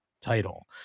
title